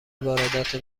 واردات